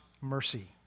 mercy